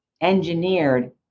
engineered